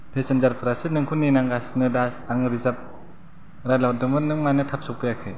पेसेन्जारफ्रासो नोंखौ नेनांगासिनो दा आङो रिजार्भ रायज्लायहरदोंमोन नों मानो थाब सफैयाखै